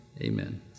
amen